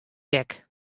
gek